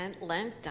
Lent